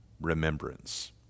remembrance